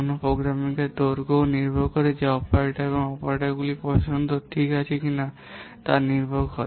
কোনও প্রোগ্রামের দৈর্ঘ্য নির্ভর করে যে অপারেটর এবং অপারেটরগুলির পছন্দ ঠিক আছে তা নির্ভর করে